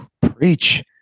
Preach